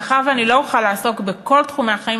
מאחר שלא אוכל לעסוק בכל תחומי החיים,